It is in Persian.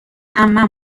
عمم